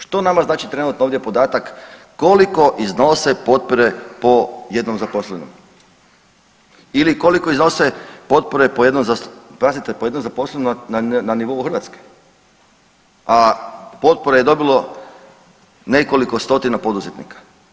Što nama znači trenutno ovdje podatak koliko iznose potpore po jednom zaposlenom ili koliko iznose potpore po jednom, … po jednom zaposlenom na nivou Hrvatske, a potpore je dobilo nekoliko stotina poduzetnika.